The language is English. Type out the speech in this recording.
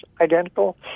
identical